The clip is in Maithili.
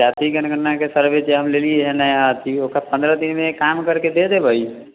जातीय जनगणनाके सर्वे जे हम लेलियै है नया अथी ओकरा पन्द्रह दिनमे काम कैरके दै देबै